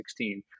2016